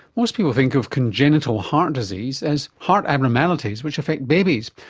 most people think of congenital heart disease as heart abnormalities which affect babies.